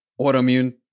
autoimmune